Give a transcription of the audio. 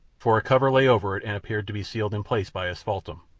for a cover lay over it and appeared to be sealed in place by asphaltum.